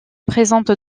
présente